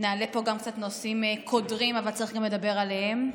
נעלה גם נושאים קודרים, צריך לדבר גם עליהם.